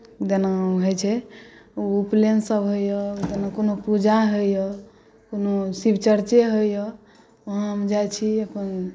जेना होइ छै उपनयनसभ होइए कोनो कोनो पूजा होइए कोनो शिव चर्चे होइए वहाँ हम जाइत छी अपन